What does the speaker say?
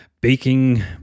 baking